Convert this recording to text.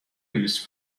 used